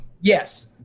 Yes